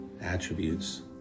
attributes